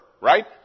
right